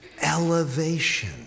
Elevation